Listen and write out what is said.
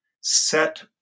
set